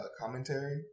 commentary